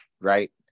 Right